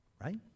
right